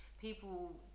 people